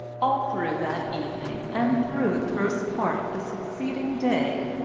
all through that evening, and through the first part of the succeeding day,